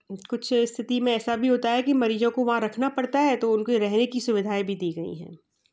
कुछ स्तिथि में ऐसा भी होता है कि मरीज़ों को वहाँ रखना पड़ता है तो उन के रहने की सुविधाएं भी दी गई हैं